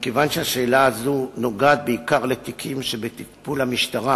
מכיוון שהשאלה הזו נוגעת בעיקר לתיקים שבטיפול המשטרה,